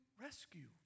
rescue